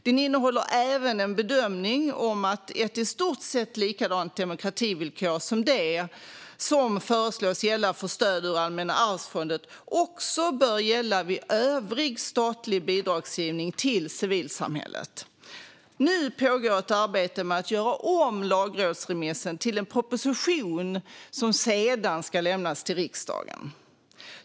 Den innehåller även en bedömning om att ett i stort sett likadant demokrativillkor som det som föreslås gälla för stöd ur Allmänna arvsfonden också bör gälla vid övrig statlig bidragsgivning till civilsamhället. Nu pågår ett arbete med att göra om lagrådsremissen till en proposition som sedan ska lämnas till riksdagen.